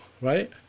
right